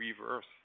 reverse